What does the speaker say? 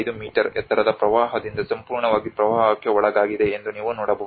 5 metre ಎತ್ತರದ ಪ್ರವಾಹದಿಂದ ಸಂಪೂರ್ಣವಾಗಿ ಪ್ರವಾಹಕ್ಕೆ ಒಳಗಾಗಿದೆ ಎಂದು ನೀವು ನೋಡಬಹುದು